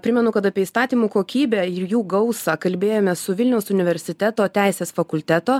primenu kad apie įstatymų kokybę ir jų gausą kalbėjomės su vilniaus universiteto teisės fakulteto